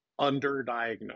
underdiagnosed